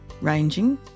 ranging